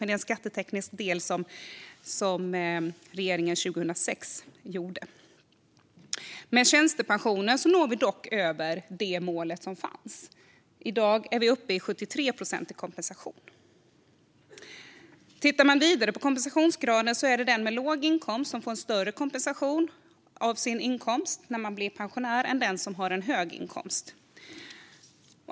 Det är en skatteteknisk del som regeringen gjorde 2006. Med tjänstepensioner når vi dock över det mål som fanns. I dag är vi uppe i 73 procent i kompensation. Om man tittar vidare på kompensationsgraden ser man att den som har låg inkomst får större inkomstkompensation som pensionär än den som har en hög inkomst.